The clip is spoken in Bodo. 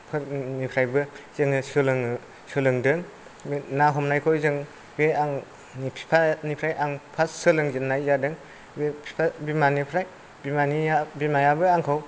फोरनिफ्रायबो जोङो सोलोङो सोलोंदों बे ना हमनायखौ जों बे आंनि बिफानिफ्राय आं फार्स्त सोलोंजेननाय जादों बे बिफा बिमानिफ्राय बिमानिया बिमायाबो आंखौ